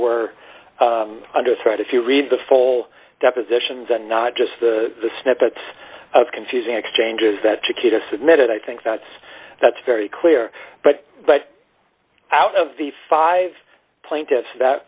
were under threat if you read the full depositions and not just the snippets of confusing exchanges that chiquita submitted i think that's that's very clear but but out of the five plaintiffs that